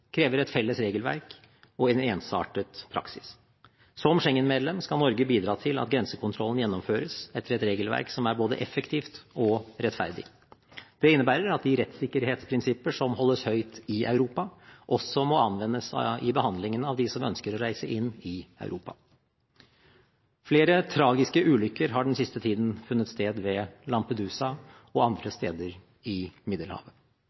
krever et felles regelverk og en ensartet praksis. Som Schengen-medlem skal Norge bidra til at grensekontrollen gjennomføres etter et regelverk som er både effektivt og rettferdig. Det innebærer at de rettssikkerhetsprinsipper som holdes høyt i Europa, også må anvendes i behandlingen av dem som ønsker å reise inn i Europa. Flere tragiske ulykker har den siste tiden funnet sted ved Lampedusa og andre steder i Middelhavet.